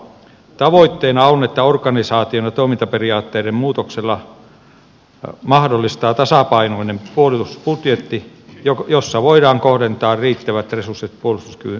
tavoitteena on että organisaation ja toimintaperiaatteiden muutoksella mahdollistetaan tasapainoinen puolustusbudjetti jossa voidaan kohdentaa riittävät resurssit puolustuskyvyn ylläpitoon ja kehittämiseen